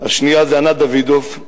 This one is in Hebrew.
השנייה זו ענת דוידוב,